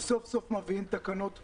שסוף-סוף מביאים תקנות חשובות.